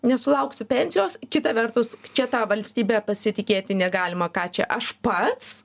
nesulauksiu pensijos kita vertus čia ta valstybe pasitikėti negalima ką čia aš pats